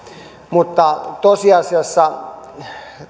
mutta tosiasiassa